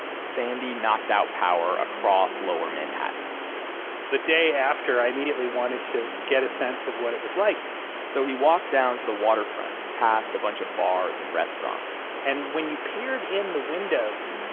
sandy knocked out power across lower manhattan the day after, i immediately wanted to get a sense of what it was like so he walked down to the waterfront, past a bunch of bars and restaurants and when you peered in the windows,